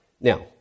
Now